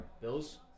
Bills